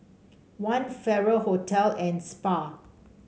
One Farrer Hotel and Spa